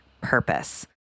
purpose